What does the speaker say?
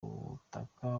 butaka